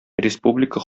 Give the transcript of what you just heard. республика